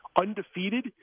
undefeated